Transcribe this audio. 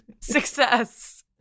success